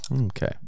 Okay